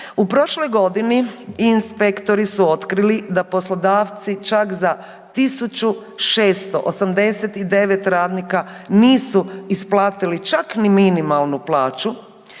U prošloj godini inspektori su otkrili da poslodavci čak za 1.689 radnika nisu isplatili čak ni minimalnu plaću,